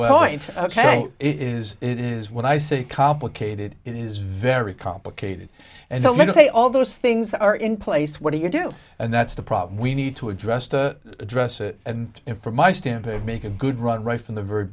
mean is it is when i say complicated it is very complicated and so let's say all those things are in place what do you do and that's the problem we need to address to address it and for my stamp it make a good run right from the very